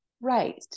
right